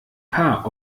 paar